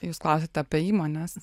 jūs klausėte apie įmones